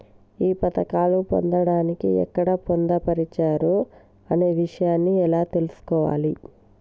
ఈ పథకాలు పొందడానికి ఎక్కడ పొందుపరిచారు అనే విషయాన్ని ఎలా తెలుసుకోవాలి?